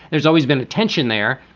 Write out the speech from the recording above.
there's always been a tension there.